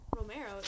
Romero